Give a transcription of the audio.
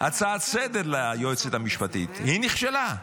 הצעה לסדר-היום על היועצת המשפטית, והיא נכשלה.